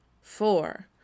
Four